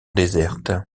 déserte